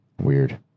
Weird